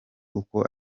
uko